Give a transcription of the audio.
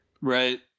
right